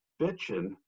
bitching